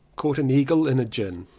caught an eagle in a gin.